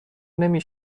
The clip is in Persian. نمی